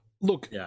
look